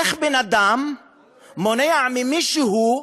איך בן-אדם מונע ממישהו,